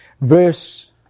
Verse